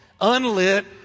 unlit